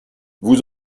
vous